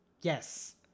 Yes